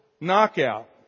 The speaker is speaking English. knockout